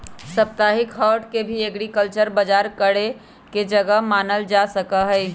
साप्ताहिक हाट के भी एग्रीकल्चरल बजार करे के जगह मानल जा सका हई